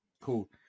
Cool